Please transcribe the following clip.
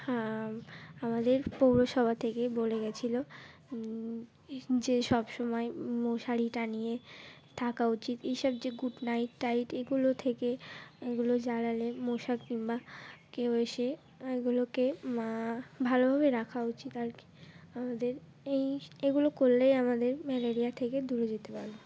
হ্যাঁ আমাদের পৌরসভা থেকেই বলে গেছিলো যে সব সমময় মশারি টাঙ্গিয়ে থাকা উচিত এইসব যে গুড নাইট টাইট এগুলো থেকে এগুলো জ্বালালে মশা কিংবা কেউ এসে এগুলোকে ভালোভাবে রাখা উচিত আর কি আমাদের এই এগুলো করলেই আমাদের ম্যালেরিয়া থেকে দূরে যেতে পারবে